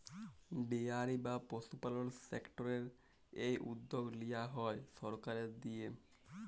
dairy বা পশুপালল সেক্টরের এই উদ্যগ লিয়া হ্যয় সরকারের দিঁয়ে